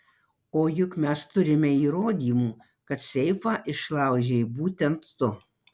o juk mes turime įrodymų kad seifą išlaužei būtent tu